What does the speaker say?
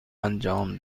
انجام